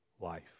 life